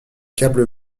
câbles